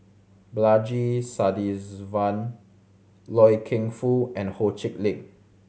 Balaji Sadasivan Loy Keng Foo and Ho Chee Lick